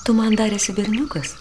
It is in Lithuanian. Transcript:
tu man dar esi berniukas